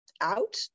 out